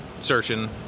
searching